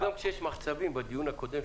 נוכל להחזיר את העובדים, נוכל לפתח עוד עסקים,